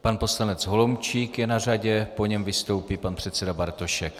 Pan poslanec Holomčík je na řadě, po něm vystoupí pan předseda Bartošek.